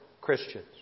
Christians